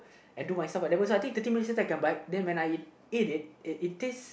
and do my stuff then when I so thirteen minute since I can bike then when I ate it it it taste